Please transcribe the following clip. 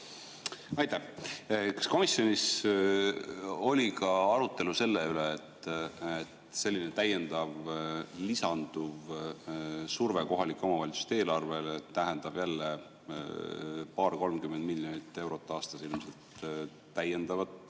Aitäh! Kas komisjonis oli ka arutelu selle üle, et selline täiendav, lisanduv surve kohalike omavalitsuste eelarvele tähendab jälle paar-kolmkümmend miljonit eurot aastas täiendavat